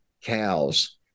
cows